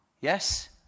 Yes